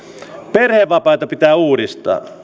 perhevapaita pitää uudistaa